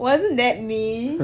wasn't that me